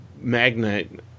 magnet